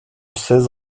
seize